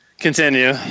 continue